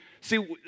See